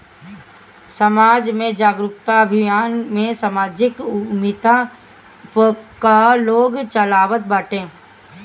समाज में जागरूकता अभियान भी समाजिक उद्यमिता कअ लोग चलावत बाटे